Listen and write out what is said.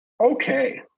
Okay